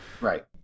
right